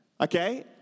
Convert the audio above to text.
okay